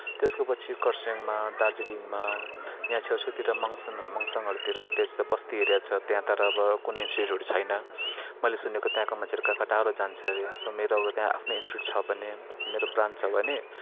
त्यसको पछि खरसाङमा दार्जिलिङमा या छेउछाउतिर मङसन मङसनहरूतिर त्यस बस्ती एरिया छ त्यहाँ तर अब कुनै इन्स्टिट्युटहरू छैन मैले सुनेको त्यहाँको मान्छेहरू कहाँ कहाँ टाढो जान्छ अरे सो मेरो अब त्यहाँ आफ्नै इन्स्टिट्युट छ भने मेरो ब्रान्च छ भने